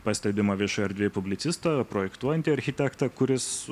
pastebimą viešoj erdvėj publicistą projektuojantį architektą kuris